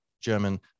german